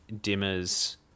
Dimmer's